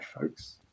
folks